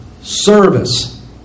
service